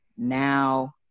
now